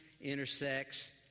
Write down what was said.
intersects